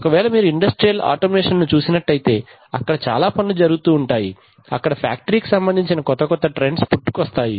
ఒకవేళ మీరు industrial automation market ను చూసినట్లయితే అక్కడ చాలా పనులు జరుగుతూ ఉంటాయి అక్కడ ఫ్యాక్టరీ కి సంబందించిన కొత్త కొత్త ట్రెండ్స్ పుట్టుకొస్తాయి